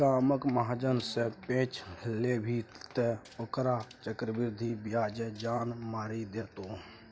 गामक महाजन सँ पैंच लेभी तँ ओकर चक्रवृद्धि ब्याजे जान मारि देतौ